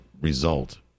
result